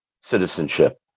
citizenship